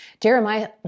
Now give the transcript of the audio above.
Jeremiah